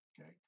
okay